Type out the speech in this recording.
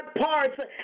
parts